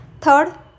third